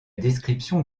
description